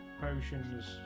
potions